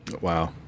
Wow